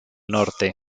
norte